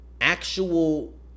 actual